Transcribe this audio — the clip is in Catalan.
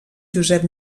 josep